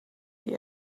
die